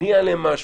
אני אעלה משהו,